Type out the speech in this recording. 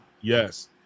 Yes